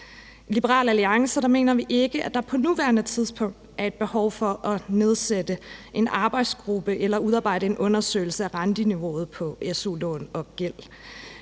I Liberal Alliance mener vi ikke, at der på nuværende tidspunkt er et behov for at nedsætte en arbejdsgruppe eller udarbejde en undersøgelse af renteniveauet på su-lån og -gæld.